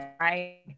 right